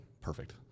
Perfect